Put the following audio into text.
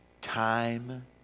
time